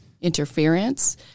interference